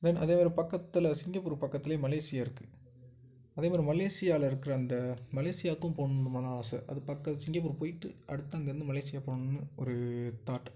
தென் அதேமாரி பக்கத்தில் சிங்கப்பூர் பக்கத்திலையே மலேசியா இருக்குது அதேமாதிரி மலேசியால இருக்கிற அந்த மலேசியாவுக்கும் போகணுன்னு ரொம்ப நாள் ஆசை அது பார்க்க சிங்கப்பூர் போய்ட்டு அடுத்து அங்கேயிருந்து மலேசியா போகணுன்னு ஒரு தாட்